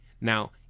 Now